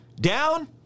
down